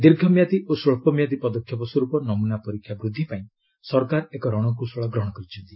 ଦୀର୍ଘମିଆଦୀ ଓ ସ୍ୱଚ୍ଚ ମିଆଦୀ ପଦକ୍ଷେପ ସ୍ୱରୂପ ନମୁନା ପରୀକ୍ଷା ବୃଦ୍ଧି ପାଇଁ ସରକାର ଏକ ରଣକୌଶଳ ଗ୍ରହଣ କରିଛନ୍ତି